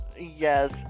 Yes